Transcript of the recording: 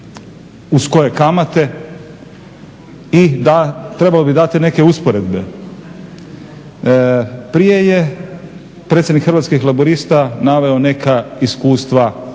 uz koje kamate i trebalo bi dati neke usporedbe. Prije je predsjednik Hrvatskih laburista naveo neka iskustva